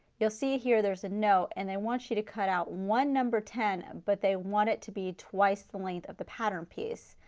you will see here there's a note and they want you to cut out one number ten, but they want it to be twice the length of the pattern piece.